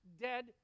dead